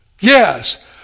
Yes